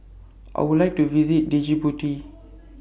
I Would like to visit Djibouti